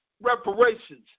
reparations